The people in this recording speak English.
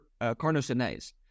carnosinase